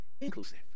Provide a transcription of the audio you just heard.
inclusive